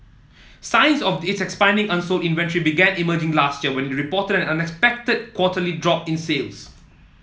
signs of its expanding unsold inventory began emerging last year when it reported an unexpected quarterly drop in sales